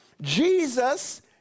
Jesus